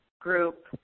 group